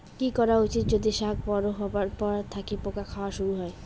কি করা উচিৎ যদি শাক বড়ো হবার পর থাকি পোকা খাওয়া শুরু হয়?